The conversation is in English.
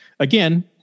Again